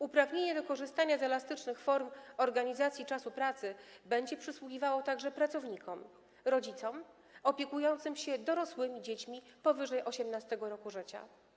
Uprawnienie do korzystania z elastycznych form organizacji czasu pracy będzie przysługiwało także pracownikom rodzicom opiekującym się dorosłymi dziećmi powyżej 18. roku życia.